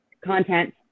content